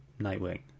Nightwing